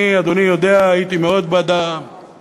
אני, אדוני יודע, הייתי מאוד בעד הפינוי.